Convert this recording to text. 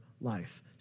life